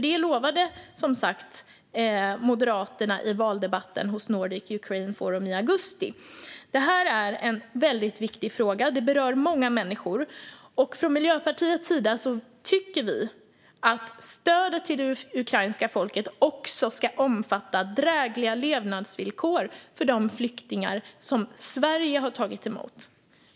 Det lovade nämligen som sagt Moderaterna i valdebatten hos Nordic Ukraine Forum i augusti. Detta är en väldigt viktig fråga som berör många människor. Vi i Miljöpartiet tycker att stödet till det ukrainska folket också ska omfatta drägliga levnadsvillkor för de flyktingar som Sverige har tagit emot.